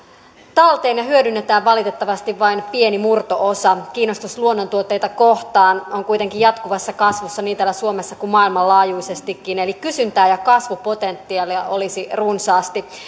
talteen ja hyödynnetään valitettavasti vain pieni murto osa kiinnostus luonnontuotteita kohtaan on kuitenkin jatkuvassa kasvussa niin täällä suomessa kuin maailmanlaajuisestikin eli kysyntää ja kasvupotentiaalia olisi runsaasti